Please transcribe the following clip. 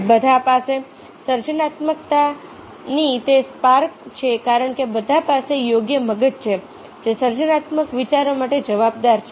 બધા પાસે સર્જનાત્મકતાની તે સ્પાર્ક છે કારણ કે બધા પાસે યોગ્ય મગજ છે જે સર્જનાત્મક વિચારો માટે જવાબદાર છે